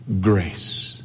grace